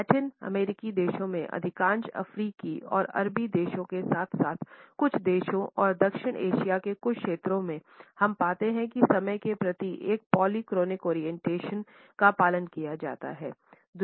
Latin अमेरिकी देशों में अधिकांश अफ्रीकी और अरबी देशों के साथ साथ कुछ देशों और दक्षिण एशिया के कुछ क्षेत्रों में हम पाते हैं की समय के प्रति एक पॉलीक्रोनिक ओरिएंटेशन का पालन किया जाता है